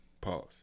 Pause